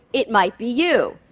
it might be you.